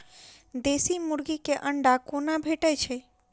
देसी मुर्गी केँ अंडा कोना भेटय छै?